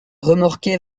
remorqué